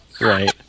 Right